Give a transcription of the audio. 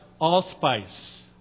allspice